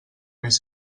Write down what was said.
més